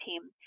team